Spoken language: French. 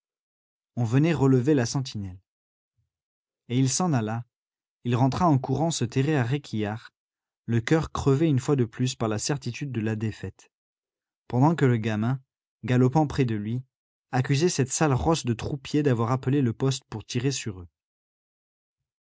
on venait relever la sentinelle et il s'en alla il rentra en courant se terrer à réquillart le coeur crevé une fois de plus par la certitude de la défaite pendant que le gamin galopant près de lui accusait cette sale rosse de troupier d'avoir appelé le poste pour tirer sur eux